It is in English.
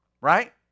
Right